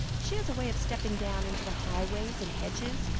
she has a way of stepping down into the highways and hedges,